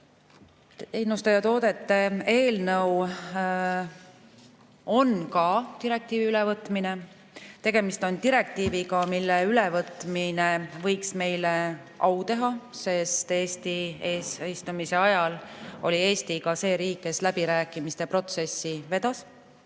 Toodete ja teenuste eelnõu on ka direktiivi ülevõtmine. Tegemist on direktiiviga, mille ülevõtmine võiks meile au teha, sest Eesti eesistumise ajal oli Eesti see riik, kes [sel teemal] läbirääkimiste protsessi vedas.